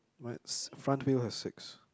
mine has front wheel has six